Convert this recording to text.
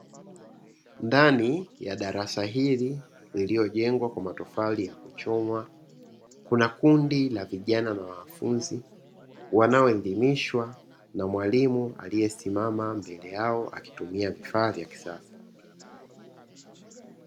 Ndani ya darasa hili lililojengwa kwa matofali ya kuchoma kuna kundi la vijana na wanafunzi wanaoelimishwa na mwalimu aliyesimama mbele yao akitumia vifaa vya kisasa.